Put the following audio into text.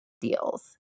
deals